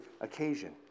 occasion